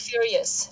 Furious